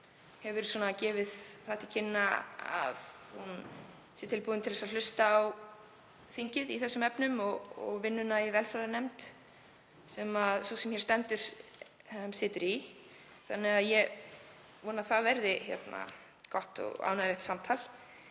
hefur gefið til kynna að hún sé tilbúin til að hlusta á þingið í þessum efnum og vinnuna í hv. velferðarnefnd, sem sú sem hér stendur situr í. Ég vona að það verði gott og ánægjulegt samtal